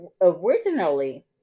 originally